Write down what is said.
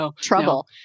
trouble